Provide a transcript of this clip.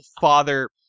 father